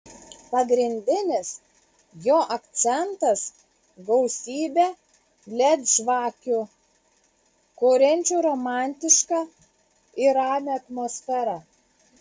pagrindinis jo akcentas gausybė led žvakių kuriančių romantišką ir ramią atmosferą